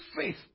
faith